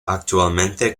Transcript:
actualmente